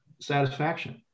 satisfaction